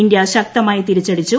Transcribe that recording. India ശക്തമായി തിരിച്ചടിച്ചു